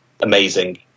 amazing